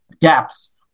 gaps